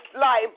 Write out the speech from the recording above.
life